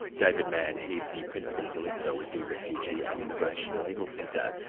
david manne. he's the principal solicitor with the refugee and immigration legal centre.